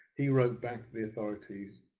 he wrote back to the authorities